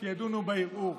שידונו בערעור,